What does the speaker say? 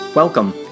Welcome